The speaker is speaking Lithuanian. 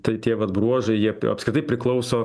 tai tie vat bruožai jie apskritai priklauso